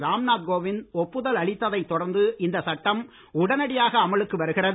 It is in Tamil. ராம்நாத் கோவிந்த் ஒப்புதல் அளித்ததைத் தொடர்ந்து இந்த சட்டம் உடனடியாக அமலுக்கு வருகிறது